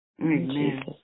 Amen